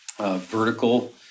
vertical